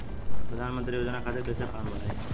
प्रधानमंत्री योजना खातिर कैसे फार्म भराई?